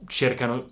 cercano